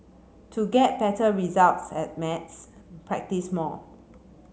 to get better results at maths practise more